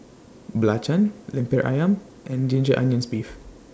Belacan Lemper Ayam and Ginger Onions Beef